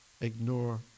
ignore